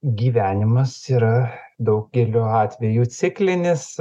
gyvenimas yra daugeliu atvejų ciklinis